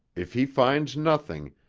if he finds nothing,